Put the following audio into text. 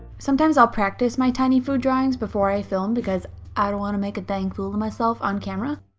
sometimes i'll practice my tiny food drawings before i film because i don't wanna make a dang fool of myself on camera.